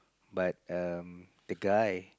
but um the guy